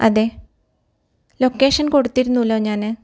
അതെ ലൊക്കേഷൻ കൊടുത്തിരുന്നൂല്ലോ ഞാൻ